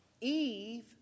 Eve